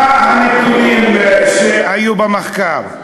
מה הנתונים שהיו במחקר?